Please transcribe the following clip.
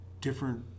different